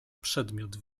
przedmiot